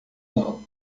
não